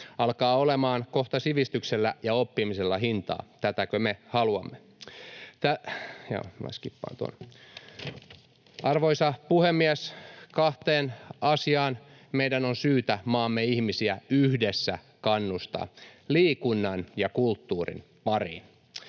Alkaa olemaan kohta sivistyksellä ja oppimisella hintaa. Tätäkö me haluamme? Arvoisa puhemies! Kahteen asiaan meidän on syytä maamme ihmisiä yhdessä kannustaa: liikunnan ja kulttuurin pariin.